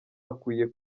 akwiye